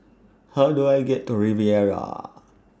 How Do I get to Riviera